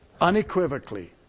unequivocally